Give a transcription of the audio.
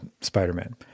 Spider-Man